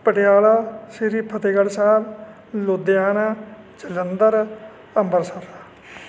Patiala Shri Fatehgarh Sahib Ludhiana Jalandhar Ambarsar